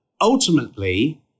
ultimately